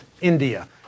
india